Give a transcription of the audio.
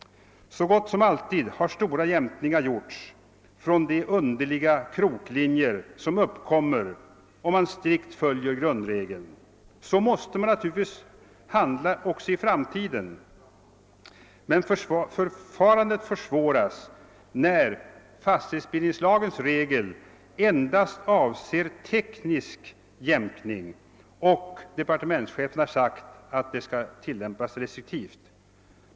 Stora jämkningar har så gott som alltid gjorts från de underliga kroklinjer som uppkommer om man strikt följer grundregeln. Så måste man natur ligtvis handla också i framtiden, men förfarandet försvåras när fastighetsbildningslagens regel endast avser teknisk jämkning och departementschefen har sagt att den skall tillämpas restriktivt.